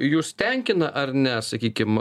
jus tenkina ar ne sakykim